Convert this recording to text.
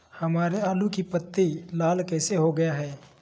हमारे आलू की पत्ती लाल कैसे हो गया है?